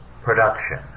production